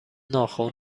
ناخن